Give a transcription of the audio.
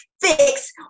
Fix